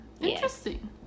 Interesting